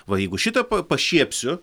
va jeigu šitą pa pašiepsiu